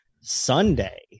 Sunday